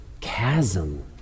chasm